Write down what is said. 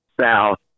south